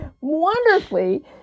wonderfully